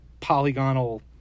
polygonal